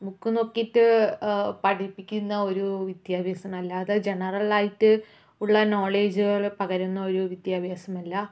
book നോക്കിയിട്ട് പഠിപ്പിക്കുന്ന ഒരു വിദ്യഭ്യാസമാണ് അല്ലാതെ ജനറൽ ആയിട്ട് ഉള്ള നോളേഡ്ജുകൾ പകരുന്ന ഒരു വിദ്യഭ്യാസമല്ല